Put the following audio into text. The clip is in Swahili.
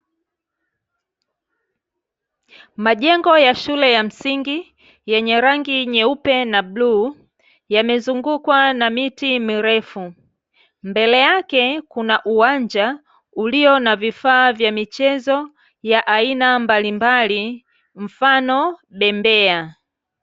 Majengo ya shule ya msingi yenye rangi nyeupe na blue yamezungukwa na miti mirefu, mbele yake Kuna uwanja ulio na vifaa vya michezo ya aina mbalimbali mfano bembea.